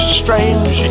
strange